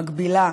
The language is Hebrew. מגבילה,